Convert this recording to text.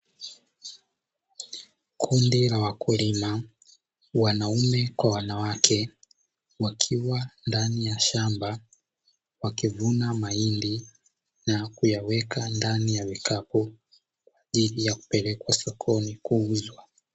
Kundi la wakulima wanaume kwa wanawake wakiwa ndani ya shamba, wakivuna mahindi na kuyaweka ndani ya vikapu kwaajili ya kupelekwa sokoni kuuzwa.